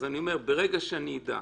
ברגע שאני אדע